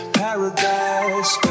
paradise